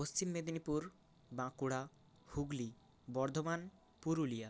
Paschim Medinipur Bankura Hooghly Bardhaman Purulia